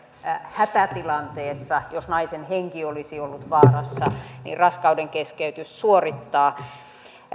hätätilanteessa jos naisen henki olisi ollut vaarassa raskaudenkeskeytys suorittaa